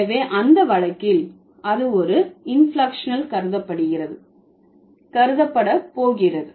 எனவே அந்த வழக்கில் அது ஒரு இன்பிளெக்க்ஷனல் கருதப்படுகிறது போகிறது